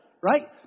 right